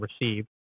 received